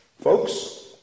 Folks